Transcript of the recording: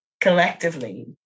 collectively